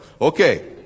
Okay